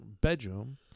bedroom